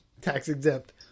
Tax-exempt